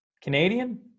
Canadian